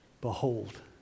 Behold